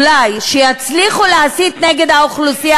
אולי, שיצליחו להסית, דוכן הכנסת.